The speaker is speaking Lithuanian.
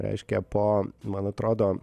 reiškia po man atrodo